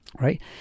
Right